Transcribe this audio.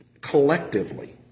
collectively